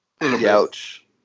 Ouch